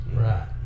Right